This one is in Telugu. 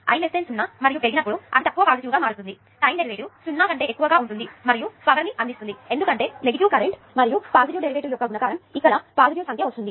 I 0 మరియు పెరిగినప్పుడు అది తక్కువ పాజిటివ్ గా మారుతుంది టైం డెరివేటివ్ 0 కన్నా ఎక్కువ ఉంటుంది మరియు ఇది పవర్ ని అందిస్తుంది ఎందుకంటే నెగటివ్ కరెంట్ మరియు పాజిటివ్ డెరివేటివ్ యొక్క గుణకారం ఇక్కడ పాజిటివ్ సంఖ్య వస్తుంది